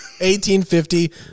1850